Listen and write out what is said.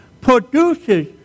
produces